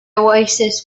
oasis